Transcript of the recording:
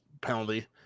penalty